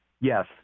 yes